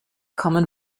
common